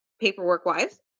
paperwork-wise